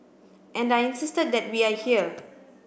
and I insisted that we are here